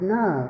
no